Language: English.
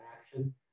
action